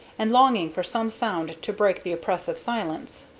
and longing for some sound to break the oppressive silence.